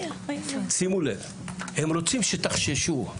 שימו לב, הם רוצים שתחששו.